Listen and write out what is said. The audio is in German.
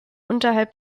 unterhalb